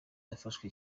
yafashe